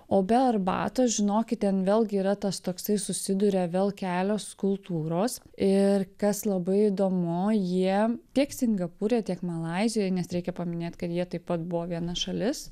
o be arbatos žinokit ten vėlgi yra tas toksai susiduria vėl kelios kultūros ir kas labai įdomu jie tiek singapūre tiek malaizijoj nes reikia paminėt kad jie taip pat buvo viena šalis